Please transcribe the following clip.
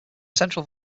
central